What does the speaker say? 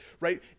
right